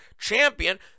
champion